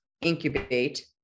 incubate